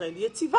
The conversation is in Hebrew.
בישראל היא יציבה,